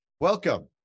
welcome